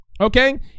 okay